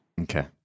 Okay